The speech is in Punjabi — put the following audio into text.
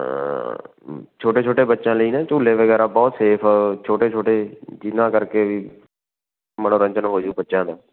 ਹਾਂ ਛੋਟੇ ਛੋਟੇ ਬੱਚਿਆਂ ਲਈ ਨਾ ਝੂਲੇ ਵਗੈਰਾ ਬਹੁਤ ਸੇਫ ਛੋਟੇ ਛੋਟੇ ਜਿਹਨਾਂ ਕਰਕੇ ਵੀ ਮਨੋਰੰਜਨ ਹੋ ਜਾਊ ਬੱਚਿਆਂ ਦਾ